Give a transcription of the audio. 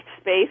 space